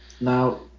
Now